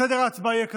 סדר ההצבעה יהיה כזה: